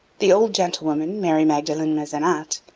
the old gentlewoman, marie magdalen maisonat,